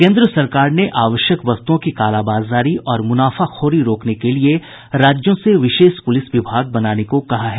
केन्द्र सरकार ने आवश्यक वस्तुओं की कालाबाजारी और मुनाफाखोरी रोकने के लिए राज्यों से विशेष पुलिस विभाग बनाने को कहा है